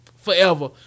forever